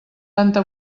tanta